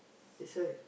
that's why